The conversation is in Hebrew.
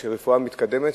למדינה יש רפואה מתקדמת,